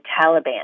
Taliban